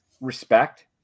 respect